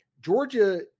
Georgia